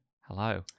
Hello